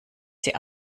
sie